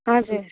हजुर